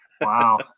Wow